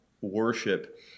worship